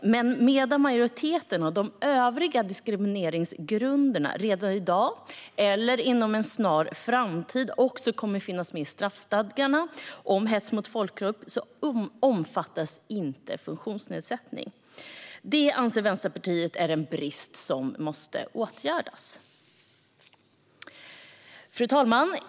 Men medan majoriteten av de övriga diskrimineringsgrunderna redan i dag också finns med i straffstadgarna om hets mot folkgrupp - eller inom en snar framtid kommer att finnas med där - omfattas inte funktionsnedsättning. Detta anser Vänsterpartiet är en brist som behöver åtgärdas. Fru talman!